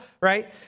right